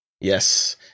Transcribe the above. Yes